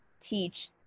teach